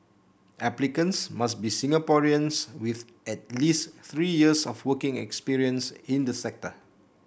applicants must be Singaporeans with at least three years of working experience in the sector